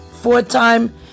four-time